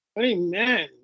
Amen